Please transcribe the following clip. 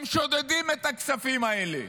הם שודדים את הכספים האלה.